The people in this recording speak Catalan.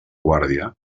guàrdia